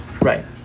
Right